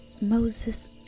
Moses